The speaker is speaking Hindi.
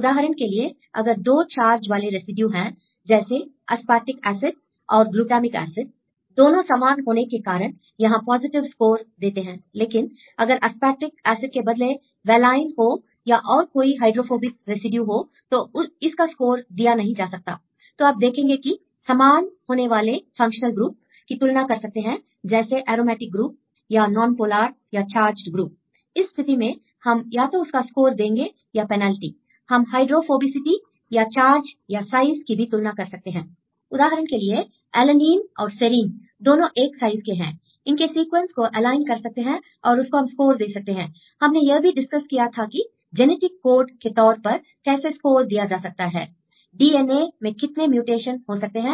उदाहरण के लिए अगर 2 चार्ज वाले रेसिड्यू हैं जैसे अस्पर्टिक एसिड और ग्लूटामिक एसिड I दोनों समान होने के कारण यहां पॉजिटिव स्कोर देते हैं लेकिन अगर अस्पर्टिक एसिड के बदले वेलाइन हो या और कोई हाइड्रोफोबिक रेसिड्यू हो तो इसको स्कोर दिया नहीं जा सकता I तो आप देखेंगे की समान होने वाले फंक्शनल ग्रुप की तुलना कर सकते हैं जैसे एरोमेटिक ग्रुप या नॉनपोलर या चार्जड ग्रुप I इस स्थिति में हम या तो उसको देंगे या पेनल्टीI हम हाइड्रोफोबिसिटी या चार्ज या साइज की भी तुलना कर सकते हैंI उदाहरण के लिए एलेनीन और सेरीन दोनों एक साइज के हैं I इनके सीक्वेंस को एलाइन कर सकते हैं और उसको हम स्कोर दे सकते हैंI हमने यह भी डिस्कस किया था कि जेनेटिक कोड के तौर पर कैसे स्कोर दिया जा सकता हैI डी एन ए में कितने म्यूटेशन हो सकते हैं